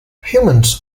humans